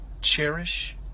Cherish